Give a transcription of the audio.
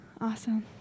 Awesome